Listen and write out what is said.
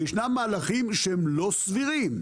וישנם מהלכים שהם לא סבירים.